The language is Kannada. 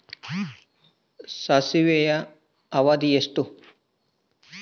ಸಾಸಿವೆಯ ಅವಧಿ ಎಷ್ಟು?